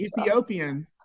Ethiopian